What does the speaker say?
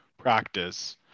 practice